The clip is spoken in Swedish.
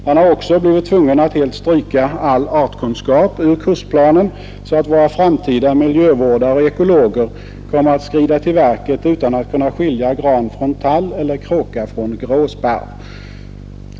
Man har också blivit tvungen att helt stryka all artkunskap ur kursplanen, så att våra framtida miljövårdare och ekologer kommer att skrida till verket utan att kunna skilja gran från tall eller kråka från gråsparv.